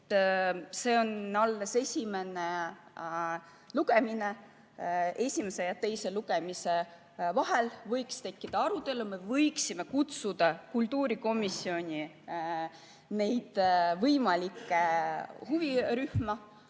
see on alles esimene lugemine. Esimese ja teise lugemise vahel võiks tekkida arutelu, me võiksime kutsuda kultuurikomisjoni võimalikke huvirühmi,